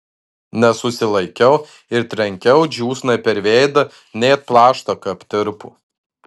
nesusilaikiau ir trenkiau džiūsnai per veidą net plaštaka aptirpo